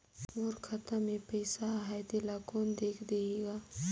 मोर खाता मे पइसा आहाय तेला कोन देख देही गा?